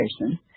person